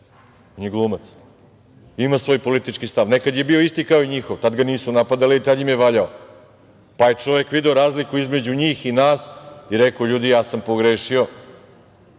On je glumac, ima svoj politički stav, a nekada je bio isti kao i njihov. Tada ga nisu napadali, tad im je valjao, pa je čovek video razliku između njih i nas i rekao – ljudi, pogrešio